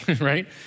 right